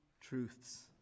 truths